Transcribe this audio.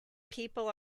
people